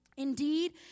Indeed